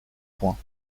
points